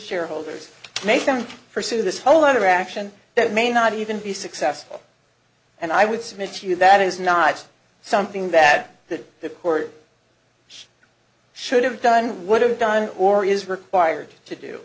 shareholders make them pursue this whole interaction that may not even be successful and i would submit to you that is not something bad that the court should have done would have done or is required to do